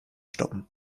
stoppen